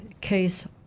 Case